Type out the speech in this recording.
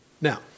Now